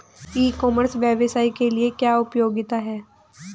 ई commerce के व्यवसाय के लिए क्या उपयोगिता है?